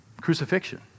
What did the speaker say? crucifixion